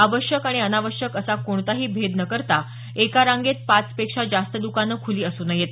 आवश्यक आणि अनावश्यक असा कोणताही भेद न करता एका रांगेत पाच पेक्षा जास्त द्काने खुली असू नयेत